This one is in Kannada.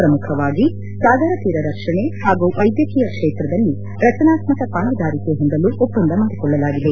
ಪ್ರಮುಖವಾಗಿ ಸಾಗರತೀರ ರಕ್ಷಣೆ ಹಾಗೂ ವೈದ್ಯಕೀಯ ಕ್ಷೇತ್ರದಲ್ಲಿ ರಚನಾತ್ಮಕ ಪಾಲುದಾರಿಕೆ ಹೊಂದಲು ಒಪ್ಸಂದ ಮಾದಿಕೊಳ್ಳಲಾಗಿದೆ